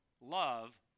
love